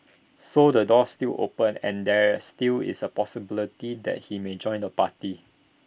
so the door's still open and there still is A possibility that he may join the party